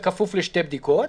בכפוף לשתי בדיקות.